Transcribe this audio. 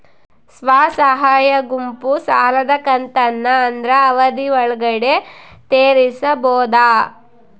ಸ್ವಸಹಾಯ ಗುಂಪು ಸಾಲದ ಕಂತನ್ನ ಆದ್ರ ಅವಧಿ ಒಳ್ಗಡೆ ತೇರಿಸಬೋದ?